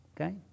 Okay